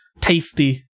tasty